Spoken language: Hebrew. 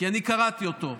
כי אני קראתי אותו.